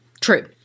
True